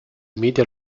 media